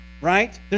right